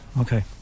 Okay